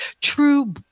true